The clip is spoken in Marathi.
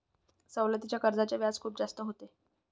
सवलतीच्या कर्जाचे व्याज खूप जास्त होते